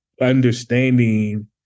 understanding